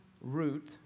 Root